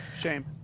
Shame